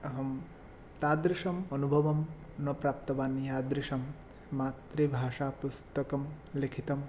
अहं तादृशम् अनुभवं न प्राप्तवान् यादृशं मातृभाषा पुस्तकं लिखितम्